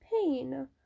pain